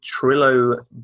Trillo